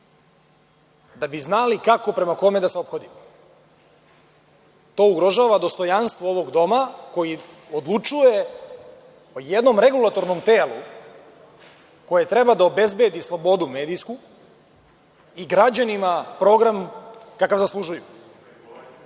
da bi znali kako prema kome da se ophodimo. To ugrožava dostojanstvo ovog doma koji odlučuje o jednom regulatornom telu koje treba da obezbedi slobodu medijsku i građanima program kakav zaslužuju. Upravo